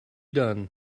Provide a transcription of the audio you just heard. done